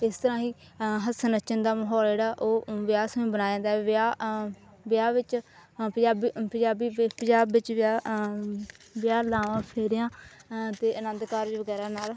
ਇਸ ਤਰ੍ਹਾਂ ਹੀ ਹੱਸਣ ਨੱਚਣ ਦਾ ਮਾਹੌਲ ਜਿਹੜਾ ਉਹ ਵਿਆਹ ਸਮੇਂ ਬਣਾਇਆ ਜਾਂਦਾ ਵਿਆਹ ਵਿਆਹ ਵਿੱਚ ਪੰਜਾਬੀ ਪੰਜਾਬੀ ਪ ਪੰਜਾਬ ਵਿੱਚ ਵਿਆਹ ਵਿਆਹ ਲਾਵਾਂ ਫੇਰਿਆਂ ਅਤੇ ਆਨੰਦ ਕਾਰਜ ਵਗੈਰਾ ਨਾਲ